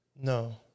No